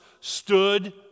stood